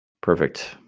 Perfect